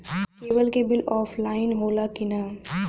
Cable के bill offline होला कि ना?